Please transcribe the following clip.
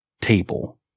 table